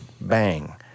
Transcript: bang